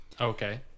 Okay